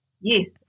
Yes